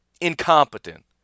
incompetent